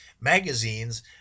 magazines